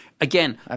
Again